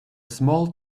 small